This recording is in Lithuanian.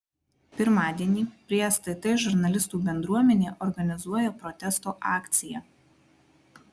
pirmadienį prie stt žurnalistų bendruomenė organizuoja protesto akciją